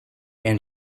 and